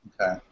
Okay